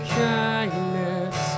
kindness